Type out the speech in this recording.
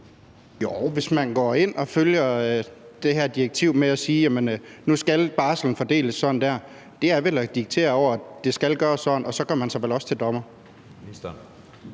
hvis man går ind og følger det her direktiv og siger, at nu skal barslen fordeles på en bestemt måde, så er det vel at diktere, at det skal gøres sådan, og så gør man sig vel også til dommer.